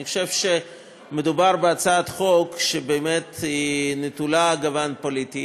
אני חושב שמדובר בהצעת חוק שהיא נטולת גוון פוליטי